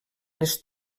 les